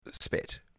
spit